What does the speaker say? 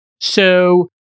So-